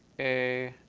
a